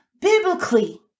biblically